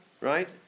right